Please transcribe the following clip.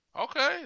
Okay